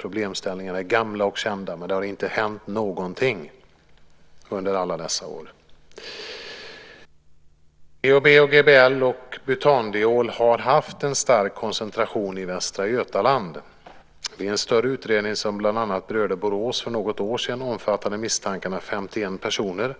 Problemställningarna är gamla och kända. Men det har inte hänt någonting under alla dessa år. GHB, GBL och butandiol har haft en stark koncentration i Västra Götaland. I en större utredning som bland annat rörde Borås för något år sedan omfattade misstankarna 51 personer